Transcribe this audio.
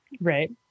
Right